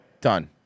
Done